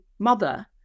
Mother